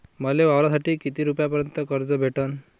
मले वावरासाठी किती रुपयापर्यंत कर्ज भेटन?